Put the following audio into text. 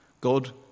God